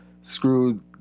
screw